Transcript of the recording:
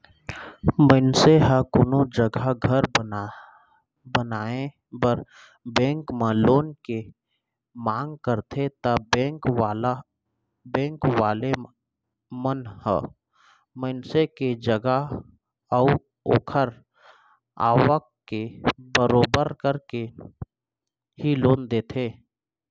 मनसे ह कोनो जघा घर बनाए बर बेंक म लोन के मांग करथे ता बेंक वाले मन ह मनसे के जगा अऊ ओखर आवक के बरोबर करके ही लोन देथे